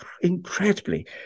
incredibly